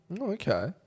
Okay